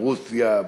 ברוסיה,